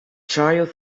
child